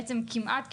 בעצם כמעט ככולם,